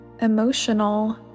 emotional